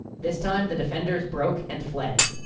this time the defenders broke and fled.